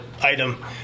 item